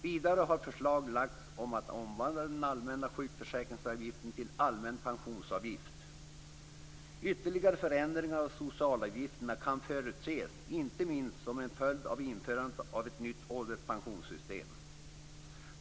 Vidare har förslag lagts fram om att omvandla den allmänna sjukförsäkringsavgiften till allmän pensionsavgift. Ytterligare förändringar av socialavgifterna kan förutses, inte minst som en följd av införandet av ett nytt ålderspensionssystem.